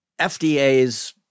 FDA's